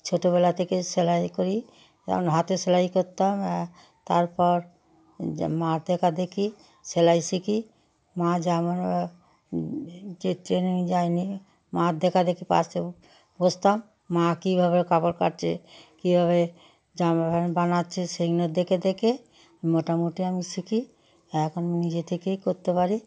ছোটবেলা থেকে সেলাই করি যেমন হাতে সেলাই করতাম তারপর যে মার দেখাদেখি সেলাই শিখি মা যেমন যে ট্রেনিংয়ে যায়নি মার দেখাদেখি পাশে বসতাম মা কীভাবে কাপড় কাটছে কীভাবে জামা প্যান্ট বানাচ্ছে সেগুলো দেখে দেখে মোটামুটি আমি শিখি এখন নিজে থেকেই করতে পারি